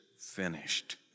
finished